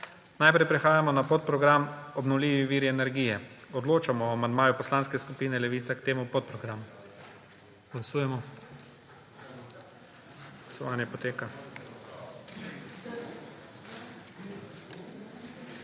Najprej prehajamo na podprogram Obnovljivi viri energije. Odločamo o amandmaju Poslanske skupine Levica k temu podprogramu. Glasujemo.